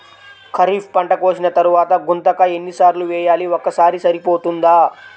ఖరీఫ్ పంట కోసిన తరువాత గుంతక ఎన్ని సార్లు వేయాలి? ఒక్కసారి సరిపోతుందా?